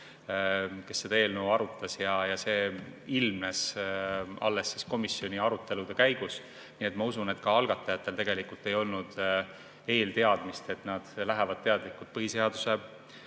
kes seda eelnõu arutas, ja see ilmnes alles komisjoni arutelude käigus. Ma usun, et ka algatajatel ei olnud eelteadmist, et nad lähevad teadlikult põhiseaduse